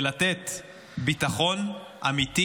לתת ביטחון אמיתי